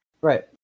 right